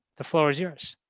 the floor is yours.